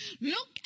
Look